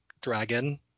dragon